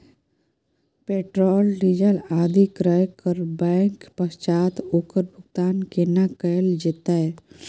Petrol, diesel आदि क्रय करबैक पश्चात ओकर भुगतान केना कैल जेतै?